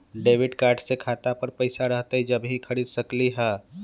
Debit card से खाता पर पैसा रहतई जब ही खरीद सकली ह?